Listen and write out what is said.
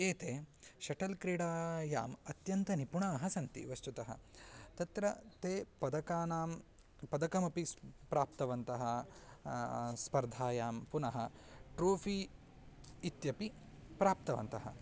एते शटल् क्रीडायाम् अत्यन्तनिपुणाः सन्ति वस्तुतः तत्र ते पदकानां पदकमपि स् प्राप्तवन्तः स्पर्धायां पुनः ट्रोफ़ि इत्यपि प्राप्तवन्तः